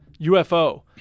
ufo